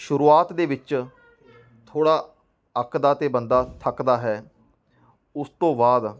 ਸ਼ੁਰੂਆਤ ਦੇ ਵਿੱਚ ਥੋੜ੍ਹਾ ਅੱਕਦਾ ਅਤੇ ਬੰਦਾ ਥੱਕਦਾ ਹੈ ਉਸ ਤੋਂ ਬਾਅਦ